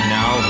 Now